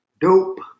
Dope